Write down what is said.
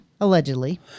Allegedly